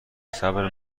صبر